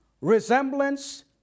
resemblance